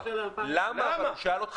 יש לך